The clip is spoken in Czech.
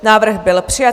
Návrh byl přijat.